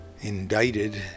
indicted